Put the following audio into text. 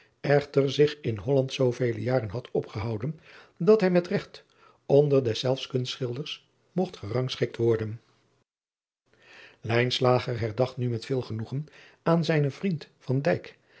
echter zich in olland zoovele jaren had opgehouden dat hij met regt onder deszelfs kunstschilders mogt gerangschikt worden herdacht nu met veel genoegen aan zijnen vriend